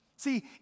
See